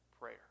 prayer